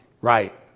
Right